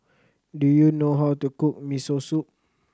do you know how to cook Miso Soup